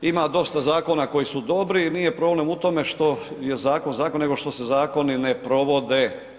Ima dosta zakona koji su dobri, nije problem u tome što je zakon, zakon nego što se zakoni ne provodi.